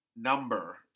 number